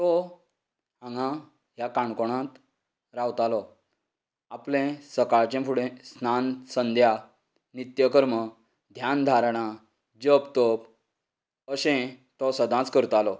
तो हांगा ह्या काणकोणांत रावतालो आपलें सकाळचें फुडें स्थान संध्या नित्यकर्म ध्यान धारणा जप तप अशें तो सदांच करतालो